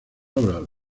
obras